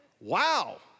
wow